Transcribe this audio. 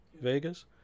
Vegas